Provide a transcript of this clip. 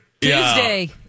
Tuesday